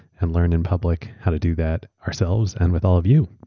and learn in public how to do that ourselves and with all of you.